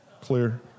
clear